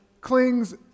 clings